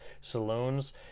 saloons